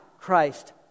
Christ